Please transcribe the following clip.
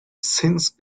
since